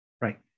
right